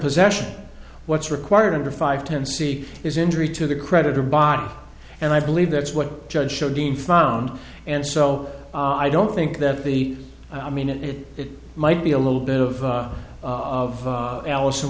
possession what's required under five ten c is injury to the creditor body and i believe that's what judge show dean found and so i don't think that the i mean it might be a little bit of of alice in